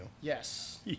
Yes